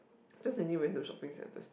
just any random shopping centres too